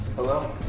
hello?